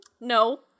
No